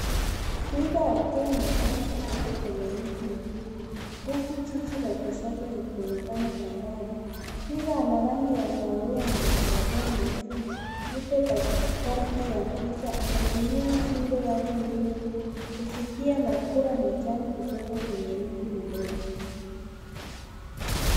Twiga akila majani kutoka kwenye mti mfupi huku jiji la kisasa likionekana kwa mbali. Twiga ana rangi ya kahawia na madoadoa meusi na yuko katikati ya picha. Anatumia shingo yake ndefu kufikia na kula majani kutoka kwenye mti mdogo.